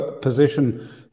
position